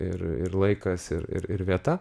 ir ir laikas ir ir ir vieta